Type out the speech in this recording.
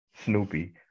Snoopy